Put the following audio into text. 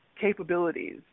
capabilities